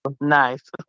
Nice